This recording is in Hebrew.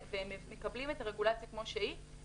הם מקבלים את הרגולציה כמו שהיא.